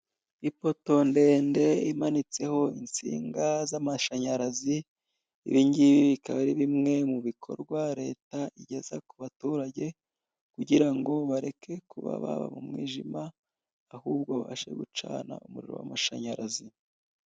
Ipoto ndende imanitseho insinga z'amashinyarazi, ibi ngibibikaba ari bimwe mu bikorwa leta igeze ku baturage, kugira ngo bareke kuba baba mu mwijima ahubwo babashe gucana umuriro w'amashinyarazi.